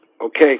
Okay